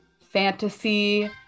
fantasy